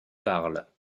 parlent